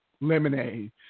Lemonade